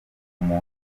umuntu